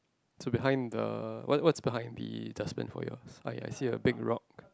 so behind the what what's behind the dustbin for yours like I see a big rock